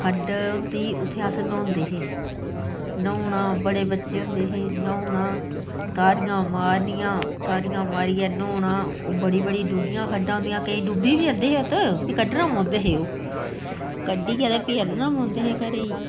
खड्ड औंदी ही उत्थैं अस न्हौंदे हे न्हौना बड़े बच्चे होंदे हे न्हौना तारियां मारनियां तारियां मारियै न्हौना ओह् बड़ी बड़ी डूह्गियां खड्डां होंदियां हियां केईं डुब्बी बी जंदे हे ओत्त फ्ही कड्ढना बी पौंदे हे ओह् कड्ढियै ते फ्ही आह्नना पौंदे हे घरै गी